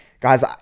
Guys